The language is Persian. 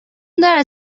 دارد